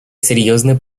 серьезно